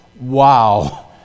Wow